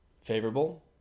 favorable